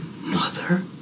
Mother